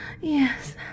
yes